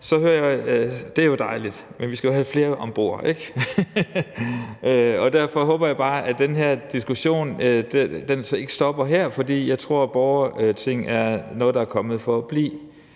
Grønne, og det er jo dejligt, men vi skal jo have flere ombord, ikke? Derfor håber jeg bare, at den her diskussion ikke stopper her, for jeg tror, at borgerting er noget, der er kommet for at blive.